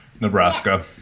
Nebraska